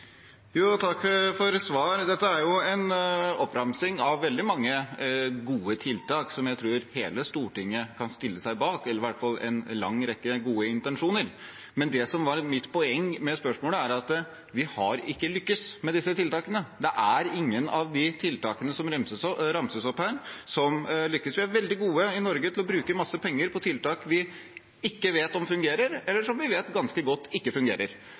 Takk for svar. Dette var jo en oppramsing av veldig mange gode tiltak som jeg tror hele Stortinget kan stille seg bak, eller i hvert fall en lang rekke gode intensjoner. Men det som var mitt poeng med spørsmålet, var at vi ikke har lyktes med disse tiltakene. Det er ingen av de tiltakene som ramses opp her, som lykkes. Vi er veldig gode i Norge til å bruke masse penger på tiltak vi ikke vet om fungerer, eller som vi vet ganske godt ikke fungerer.